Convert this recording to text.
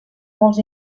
molts